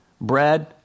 bread